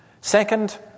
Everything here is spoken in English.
Second